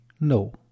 no